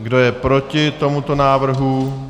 Kdo je proti tomuto návrhu?